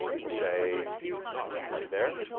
we'll say right there.